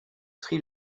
sri